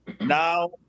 now